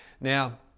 now